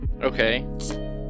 okay